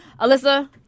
Alyssa